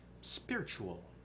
spiritual